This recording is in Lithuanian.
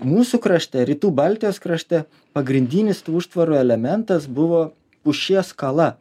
mūsų krašte rytų baltijos krašte pagrindinis tų užtvarų elementas buvo pušies skala